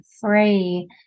free